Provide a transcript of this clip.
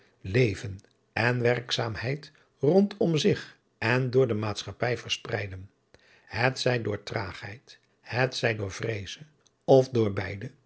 leven en werkzaamheid rondom zich en door de maatschappij verspreiden het zij door traagheid het zij door vreeze of door beide